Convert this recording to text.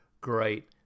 great